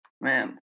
man